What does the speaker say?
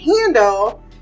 handle